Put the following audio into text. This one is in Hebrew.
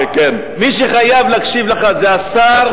מי שחייב להקשיב לך זה השר,